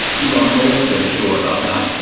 though i'm not altogether sure about that,